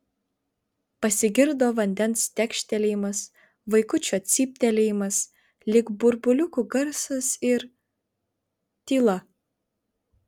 pasigirdo vandens tekštelėjimas vaikučio cyptelėjimas lyg burbuliukų garsas ir tyla